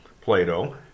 plato